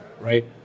right